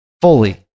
fully